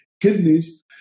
kidneys